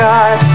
God